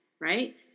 Right